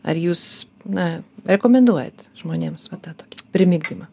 ar jūs na rekomenduojat žmonėms va tą tokį primigdymą